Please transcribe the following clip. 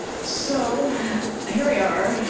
so here we are.